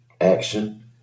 action